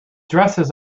dresses